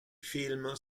film